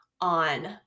on